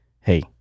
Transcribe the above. hey